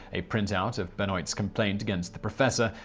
a printout of benoit's complaint against the professor,